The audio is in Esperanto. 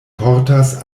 portas